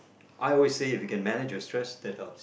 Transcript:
I always say if you can manage your stress that helps